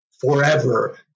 forever